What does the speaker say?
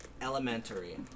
Elementary